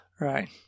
Right